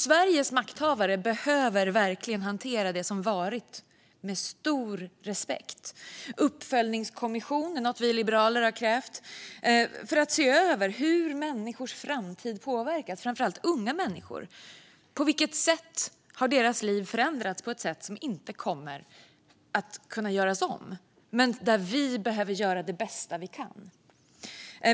Sveriges makthavare behöver verkligen hantera det som varit med stor respekt. En uppföljningskommission är något som vi liberaler har krävt för att se över hur människors framtid har påverkats, framför allt unga människors framtid. Hur har deras liv förändrats på ett sätt som inte kommer att kunna göras om? Vi behöver där göra det bästa vi kan.